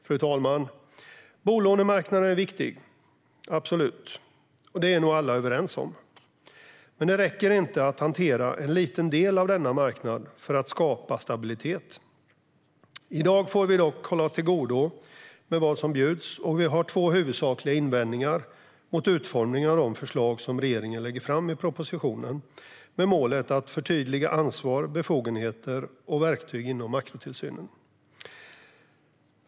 Fru talman! Bolånemarknaden är viktig, absolut. Det är nog alla överens om. Men det räcker inte att hantera en liten del av denna marknad för att skapa stabilitet. I dag får vi hålla till godo med vad som bjuds, men vi har två huvudsakliga invändningar mot utformningen av de förslag som regeringen lägger fram i propositionen med målet att "förtydliga ansvar, befogenheter och verktyg inom makrotillsynen".